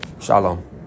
Shalom